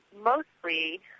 mostly